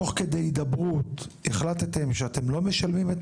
תוך כדי הידברות החלטתם שאתם לא משלמים את